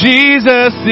Jesus